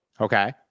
Okay